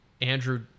Andrew